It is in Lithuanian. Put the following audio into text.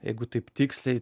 jeigu taip tiksliai